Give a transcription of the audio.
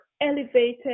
elevated